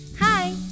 Hi